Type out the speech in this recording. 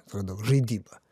atradau žaidyba